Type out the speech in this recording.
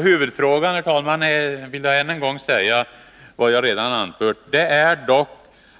Herr talman! Jag vill dock säga att huvudfrågan, såsom jag redan anfört, är